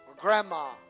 Grandma